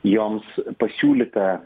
joms pasiūlyta